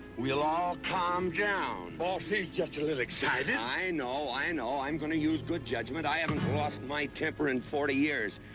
we'll all calm down. boss, he's just a little excited. i know, i know. i'm going to use good judgment. i haven't lost my temper in forty years.